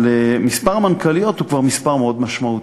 אבל מספר המנכ"ליות הוא כבר מספר מאוד משמעותי,